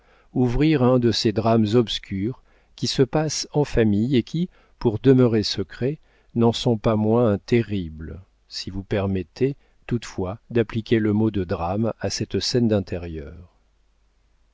ouvrir un de ces drames obscurs qui se passent en famille et qui pour demeurer secrets n'en sont pas moins terribles si vous permettez toutefois d'appliquer le mot de drame à cette scène d'intérieur